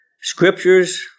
Scriptures